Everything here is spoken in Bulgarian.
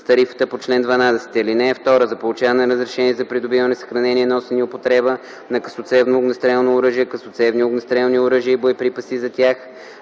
тарифата по чл. 12. (2) За получаване на разрешение за придобиване, съхранение, носене и употреба на късоцевно огнестрелно оръжие/ късоцевни огнестрелни оръжия и боеприпаси за тях